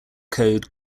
code